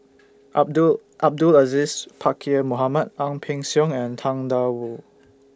Abdul Abdul Aziz Pakkeer Mohamed Ang Peng Siong and Tang DA Wu